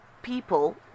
people